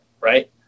right